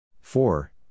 four